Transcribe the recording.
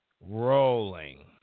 rolling